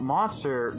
Monster